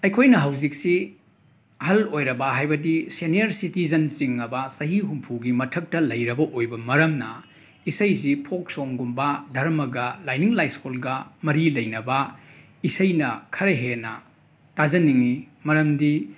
ꯑꯩꯈꯣꯏꯅ ꯍꯧꯖꯤꯛꯁꯤ ꯑꯍꯜ ꯑꯣꯏꯔꯕ ꯍꯥꯏꯕꯗꯤ ꯁꯦꯅꯤꯌꯔ ꯁꯤꯇꯤꯖꯟ ꯆꯤꯡꯉꯕ ꯆꯍꯤ ꯍꯨꯝꯐꯨꯒꯤ ꯃꯊꯛꯇ ꯂꯩꯔꯕ ꯑꯣꯏꯕ ꯃꯔꯝꯅ ꯏꯁꯩꯖꯤ ꯐꯣꯛ ꯁꯣꯡꯒꯨꯝꯕ ꯙꯔꯃꯒ ꯂꯥꯏꯤꯡ ꯂꯥꯏꯁꯣꯜꯒ ꯃꯔꯤ ꯂꯩꯅꯕ ꯏꯁꯩꯅ ꯈꯔ ꯍꯦꯟꯅ ꯇꯥꯖꯅꯤꯡꯉꯤ ꯃꯔꯝꯗꯤ